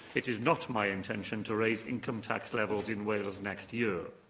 it is not my intention to raise income tax levels in wales next year.